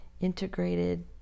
integrated